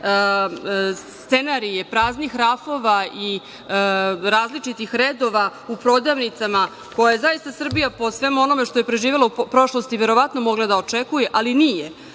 scenarije praznih rafova i različitih redova u prodavnicama koje zaista Srbija po svemu onome što je preživela u prošlosti verovatno mogla da očekuje, ali nije,